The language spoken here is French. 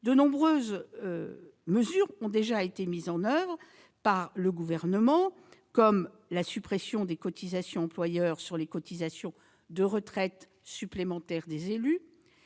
de nombreuses mesures ont déjà été mises en oeuvre par le Gouvernement, comme la suppression des cotisations employeur au titre des retraites supplémentaires des élus,